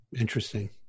Interesting